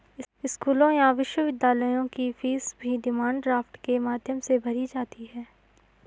स्कूलों या विश्वविद्यालयों की फीस भी डिमांड ड्राफ्ट के माध्यम से भरी जाती है